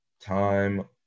time